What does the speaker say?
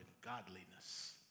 godliness